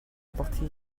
apporté